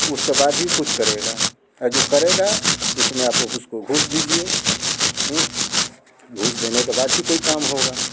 उसके बाद ही कुछ करेगा और जो करेगा उसमें आपको उसको घूस दीजिए घूस देने के बाद ही कोई काम होगा